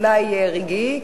אולי רגעי,